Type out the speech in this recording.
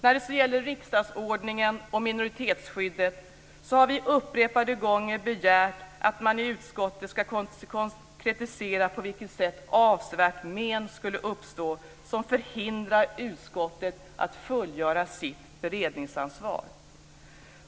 När det gäller riksdagsordningen och minoritetsskyddet har vi upprepade gånger begärt att man i utskottet ska konkretisera på vilket sätt avsevärt men skulle uppstå som förhindrar utskottet att fullgöra sitt beredningsansvar.